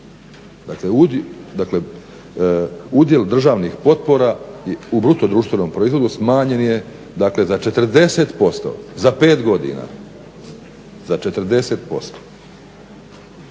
Dakle, udjel državnih potpora u bruto društvenom proizvodu, smanjen je dakle za 40% za pet godina, za 40%.